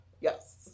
Yes